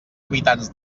habitants